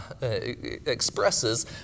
expresses